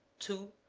to,